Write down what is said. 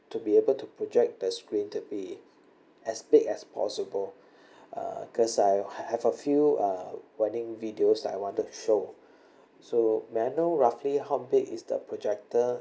to be able to project the screen to be as big as possible uh because I have a few uh wedding videos that I wanted to show so may I know roughly how big is the projector